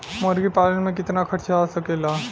मुर्गी पालन में कितना खर्च आ सकेला?